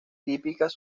típicas